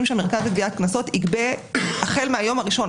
שהמרכז לגביית קנסות יגבה החל מהיום הראשון,